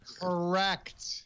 Correct